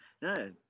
No